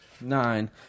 Nine